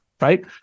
right